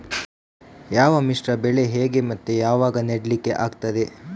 ಯಾವ ಮಿಶ್ರ ಬೆಳೆ ಹೇಗೆ ಮತ್ತೆ ಯಾವಾಗ ನೆಡ್ಲಿಕ್ಕೆ ಆಗ್ತದೆ?